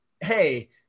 hey